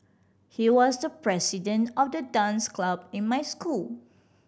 he was the president of the dance club in my school